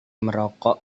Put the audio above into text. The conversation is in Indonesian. merokok